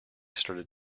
started